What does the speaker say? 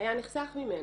היה נחסך ממנה.